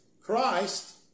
Christ